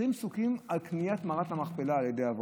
20 פסוקים על קניית מערת המכפלה על ידי אברהם,